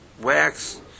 wax